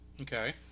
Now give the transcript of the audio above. Okay